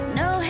no